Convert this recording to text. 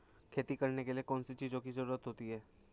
खेती करने के लिए कौनसी चीज़ों की ज़रूरत होती हैं?